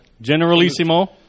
Generalissimo